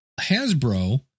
Hasbro